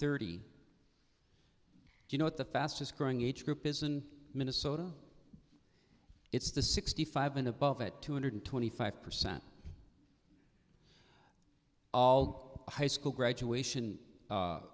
thirty you know it the fastest growing age group isn't minnesota it's the sixty five and above it two hundred twenty five percent of all high school graduation